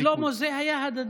אבל שלמה, זה היה הדדי.